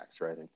Right